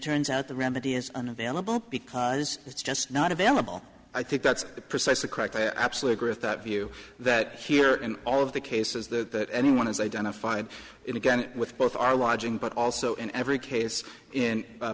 turns out the remedy is unavailable because it's just not available i think that's precisely cracked i actually agree with that view that here in all of the cases that anyone is identified in again with both are watching but also in every case in